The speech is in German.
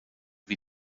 wie